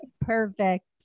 Perfect